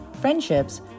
friendships